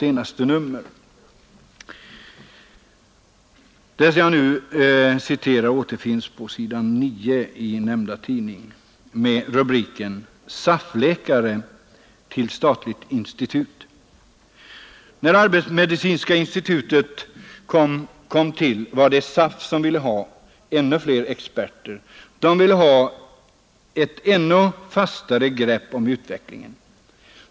Vad jag nu citerar återfinns på s. 9 i nämnda tidning under rubriken SAF-läkare på statliga institut. ”När Arbetsmedicinska Institutet kom till var det SAF som kläckte idén. SAF ville ha ännu fler experter. Dom ville ha ett ännu fastare grepp om utvecklingen.